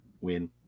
win